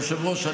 היושב-ראש,